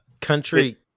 country